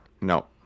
No